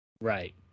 Right